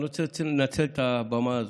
אני רוצה לנצל את הבמה הזאת.